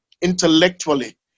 intellectually